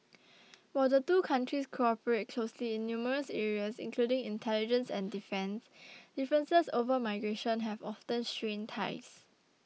while the two countries cooperate closely in numerous areas including intelligence and defence differences over migration have often strained ties